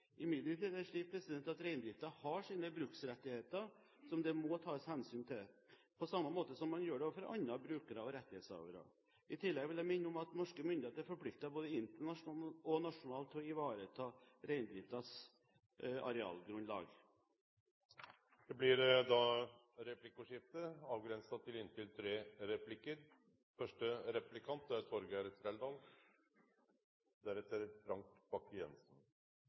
Imidlertid er det slik at reindriften har sine bruksrettigheter som det må tas hensyn til, på samme måte som man gjør det overfor andre brukere og rettighetshavere. I tillegg vil jeg minne om at norske myndigheter er forpliktet både internasjonalt og nasjonalt til å ivareta reindriftens arealgrunnlag. Det blir replikkordskifte. Jeg vil sitere litt fra forskjellige deler av pressemeldingen til